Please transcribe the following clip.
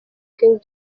king